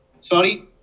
Sorry